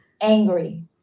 angry